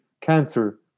cancer